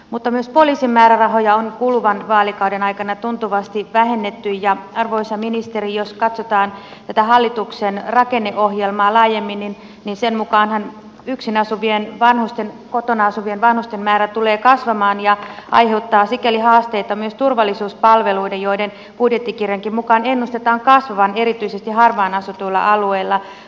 mutta myös poliisin määrärahoja on kuluvan vaalikauden aikana tuntuvasti vähennetty ja arvoisa ministeri jos katsotaan tätä hallituksen rakenneohjelmaa laajemmin sen mukaanhan yksin asu vien vanhusten kotona asuvien vanhusten määrä tulee kasvamaan ja aiheuttaa sikäli haasteita myös turvallisuuspalveluille joiden budjettikirjankin mukaan ennustetaan kasvavan erityisesti harvaan asutuilla alueilla